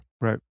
Right